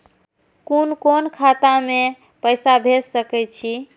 कुन कोण खाता में पैसा भेज सके छी?